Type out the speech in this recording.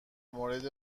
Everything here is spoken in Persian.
مورد